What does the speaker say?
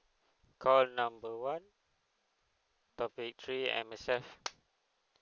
call number one topic three M_S_F